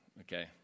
okay